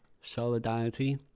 solidarity